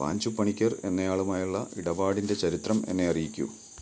പാഞ്ചു പണിക്കർ എന്നയാളുമായുള്ള ഇടപാടിൻ്റെ ചരിത്രം എന്നെ അറിയിക്കൂ